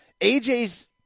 AJ's